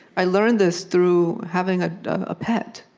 i learned this through having a ah pet,